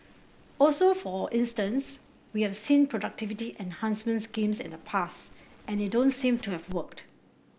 also for instance we've seen productivity enhancement schemes in the past and they don't seem to have worked